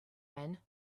men